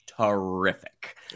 terrific